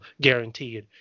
guaranteed